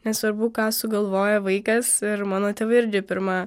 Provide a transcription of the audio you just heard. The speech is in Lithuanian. nesvarbu ką sugalvoja vaikas ir mano tėvai irgi pirma